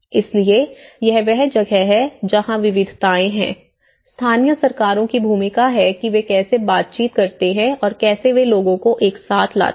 इसलिए यह वह जगह है जहाँ विविधताएँ हैं स्थानीय सरकारों की भूमिका है कि वे कैसे बातचीत करते हैं और कैसे वे लोगों को एक साथ लाते हैं